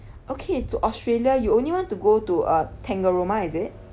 okay to australia you only want to go to uh tangalooma is it